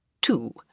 Two